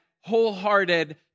wholehearted